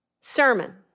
sermon